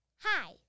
Hi